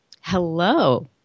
Hello